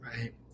Right